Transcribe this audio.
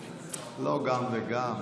לא גם וגם.